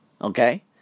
Okay